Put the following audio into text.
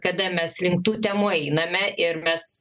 kada mes link tų temų einame ir mes